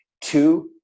Two